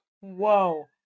whoa